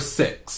six